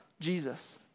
Jesus